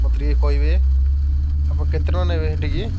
ମୋତେ ଟିକିଏ କହିବେ ଆପଣ କେତେଟଙ୍କା ନେବେ ହେଟିକି